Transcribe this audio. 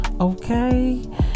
okay